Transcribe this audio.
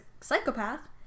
psychopath